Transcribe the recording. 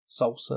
salsa